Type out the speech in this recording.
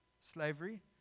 Slavery